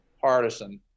partisan